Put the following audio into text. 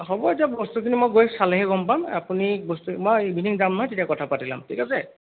হ'ব এতিয়া বস্তুখিনি মই গৈ চালেহে গম পাম আপুনি বস্তু মই ইভিনিং যাম নহয় তেতিয়া কথা পাতি ল'ম ঠিক আছে